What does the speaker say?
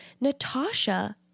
natasha